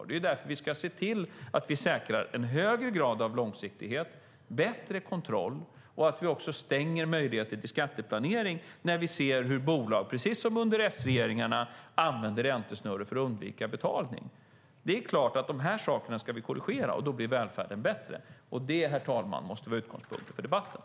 Det är därför vi ska säkra en högre grad av långsiktighet, ha bättre kontroll och stänga möjligheten till skatteplanering när vi ser hur bolag, precis som under S-regeringarna, använder räntesnurror för att undvika betalning. De sakerna ska vi korrigera, och då blir välfärden bättre. Det, herr talman, måste vara utgångspunkten för debatten.